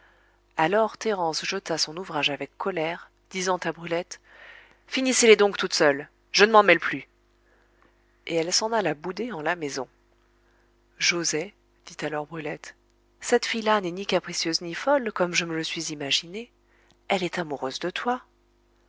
alors thérence jeta son ouvrage avec colère disant à brulette finissez les donc toute seule je ne m'en mêle plus et elle s'en alla bouder en la maison joset dit alors brulette cette fille la n'est ni capricieuse ni folle comme je me le suis imaginé elle est amoureuse de toi